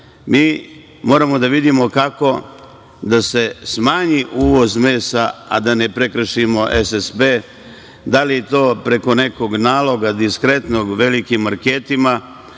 moramo da vidimo kako da se smanji uvoz mesa, a da ne prekršimo SSP, da li to preko nekog naloga diskretnog velikim marketima,